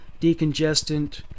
decongestant